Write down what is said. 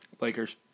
Lakers